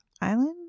Island